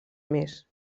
més